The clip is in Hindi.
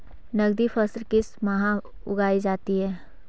नकदी फसल किस माह उगाई जाती है?